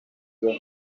your